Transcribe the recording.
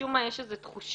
משום מה יש איזו תחושה,